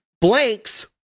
blanks